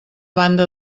banda